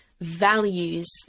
values